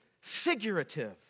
figurative